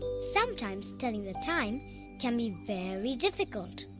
sometimes telling the time can be very difficult!